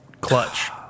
clutch